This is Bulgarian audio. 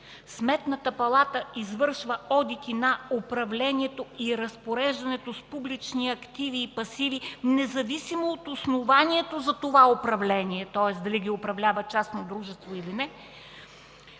„Сметната палата извършва одити на управлението и разпореждането с публични активи и пасиви независимо от основанието за това управление – тоест дали ги управлява частно дружество, или не